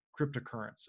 cryptocurrency